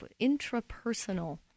intrapersonal